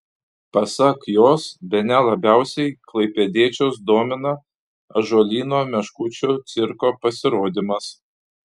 pasak jos bene labiausiai klaipėdiečius domina ąžuolyno meškučių cirko pasirodymas